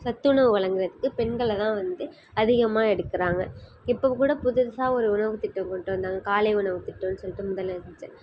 சத்துணவு வழங்குறதுக்கு பெண்களைதான் வந்து அதிகமாக எடுக்கிறாங்க இப்போது கூட புதுசாக ஒரு உணவு திட்டம் கொண்டு வந்தாங்க காலை உணவு திட்டம்னு சொல்லிட்டு முதலமைச்சர்